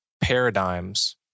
paradigms